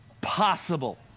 possible